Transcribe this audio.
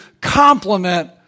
complement